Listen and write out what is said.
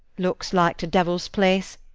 looks like t' devil's place!